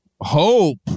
hope